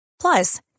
Plus